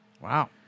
Wow